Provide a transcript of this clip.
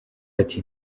ati